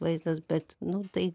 vaizdas bet nu tai